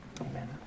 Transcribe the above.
Amen